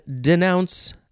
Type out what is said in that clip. denounce